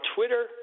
Twitter